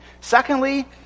Secondly